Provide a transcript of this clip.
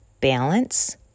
Balance